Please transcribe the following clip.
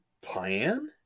plan